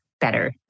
better